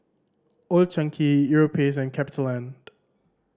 Old Chang Kee Europace and CapitaLand